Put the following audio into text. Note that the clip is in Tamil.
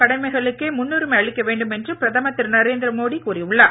கடமைகளுக்கே முன்னுரிமை அளிக்க வேண்டும் என பிரதமர் திரு நரேந்திர மோடி கூறி உள்ளார்